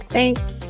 Thanks